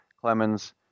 Clemens